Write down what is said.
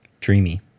Dreamy